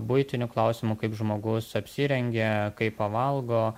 buitinių klausimų kaip žmogus apsirengia kaip pavalgo